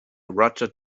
roger